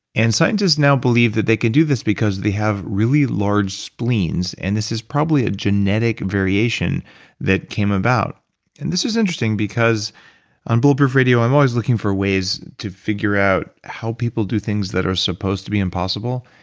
and scientists now believe that they can do this because they have really large spleens, and this is probably a genetic variation that came about and this is interesting because on bulletproof radio i'm always looking for ways to figure out how people do things that are supposed to be impossible,